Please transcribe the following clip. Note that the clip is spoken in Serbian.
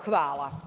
Hvala.